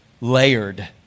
layered